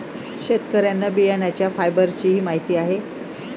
शेतकऱ्यांना बियाण्यांच्या फायबरचीही माहिती आहे